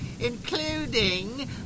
including